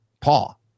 Paul